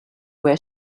where